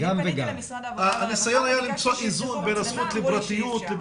הניסיון היה למצוא איזון בין הזכות לפרטיות.